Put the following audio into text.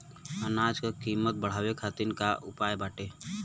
अनाज क कीमत बढ़ावे खातिर का उपाय बाटे?